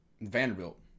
Vanderbilt